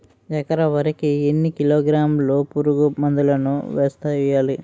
ఎకర వరి కి ఎన్ని కిలోగ్రాముల పురుగు మందులను వేయాలి?